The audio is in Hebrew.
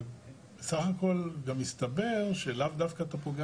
וסך הכל גם מסתבר שלאו דווקא אתה פוגע